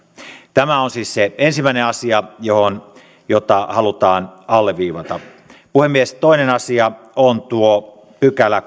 tämä on siis se ensimmäinen asia jota halutaan alleviivata puhemies toinen asia on kolmaskymmenesensimmäinen pykälä